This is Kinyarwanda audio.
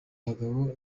abagabo